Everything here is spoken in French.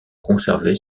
conserver